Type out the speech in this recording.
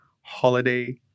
holiday